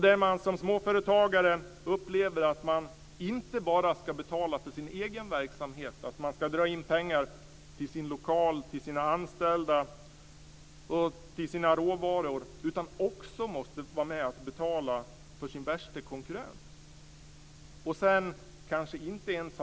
Denna småföretagare upplevde att man inte bara skulle betala för sin egen verksam, dvs. dra in pengar till sin lokal, sina anställda och sina råvaror, utan också måste vara med och betala för sin värsta konkurrent.